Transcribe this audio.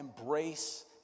embrace